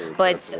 but, so